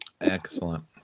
Excellent